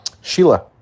Sheila